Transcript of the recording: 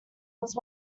was